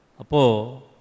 Apo